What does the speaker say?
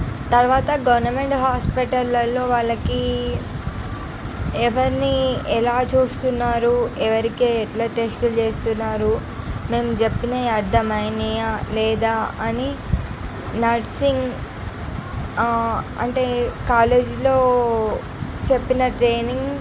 తర్వాత గవర్నమెంట్ హాస్పిటలల్లో వాళ్ళకి ఎవరిని ఎలా చూస్తున్నారు ఎవరికి ఎట్ల టెస్టులు చేస్తున్నారు మేము చెప్పినవి అర్థమయినాయా లేదా అని నర్సింగ్ అంటే కాలేజిలో చెప్పిన ట్రైనింగ్